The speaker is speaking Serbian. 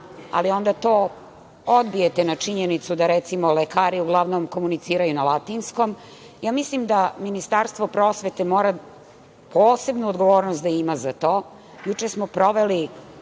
ali onda to odbijete na činjenicu da recimo lekari uglavnom komuniciraju na latinskom. Mislim da Ministarstvo prosvete mora posebnu odgovornost da ima za to. Juče smo proveli